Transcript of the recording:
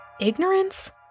Ignorance